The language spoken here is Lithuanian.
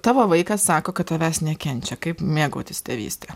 tavo vaikas sako kad tavęs nekenčia kaip mėgautis tėvyste